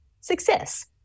Success